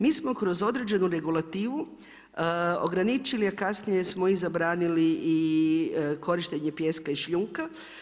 Mi smo kroz određenu regulativu ograničili a kasnije smo i zabranili i korištenje pijeska i šljunka.